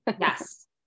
Yes